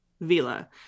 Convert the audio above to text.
Vila